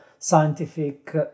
scientific